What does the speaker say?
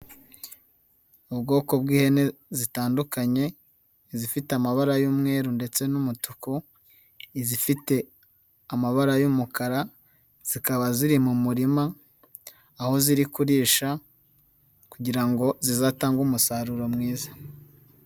Ubwoko bw'ihene zitandukanye, izifite amabara y'umweru ndetse n'umutuku, izifite amabara y'umukara. Zikaba ziri mu murima, aho ziri kurisha, kugira ngo zizatange umusaruro mwiza.